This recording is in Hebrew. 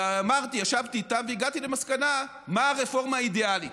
ישבתי איתם והגעתי למסקנה מה הרפורמה האידיאלית.